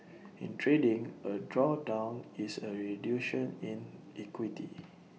in trading A drawdown is A in equity